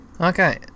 Okay